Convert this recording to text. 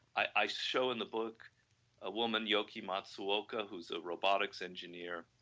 i show in the book a woman, yoky matsuoka who is a robotics engineer,